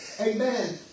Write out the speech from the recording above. Amen